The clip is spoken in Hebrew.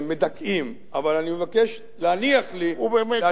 אבל אני מבקש להניח לי להשלים את המשפט הזה,